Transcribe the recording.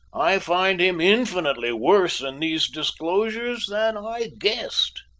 i find him infinitely worse in these disclosures than i guessed.